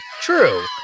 true